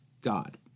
God